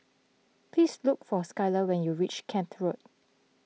please look for Skyler when you reach Kent Road